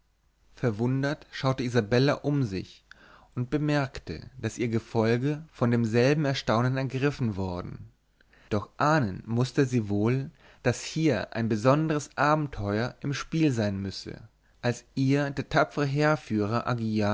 verwundert schaute isabella um sich und bemerkte daß ihr gefolge von demselben erstaunen ergriffen worden doch ahnen mußte sie wohl daß hier ein besonderes abenteuer im spiel sein müsse als ihr der tapfere heerführer